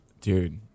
Dude